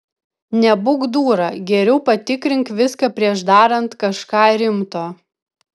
nebūk dūra geriau patikrink viską prieš darant kažką rimto